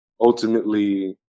ultimately